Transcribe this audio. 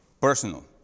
Personal